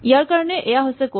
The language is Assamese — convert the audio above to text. ইয়াৰ কাৰণে এয়া হৈছে কড